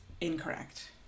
Incorrect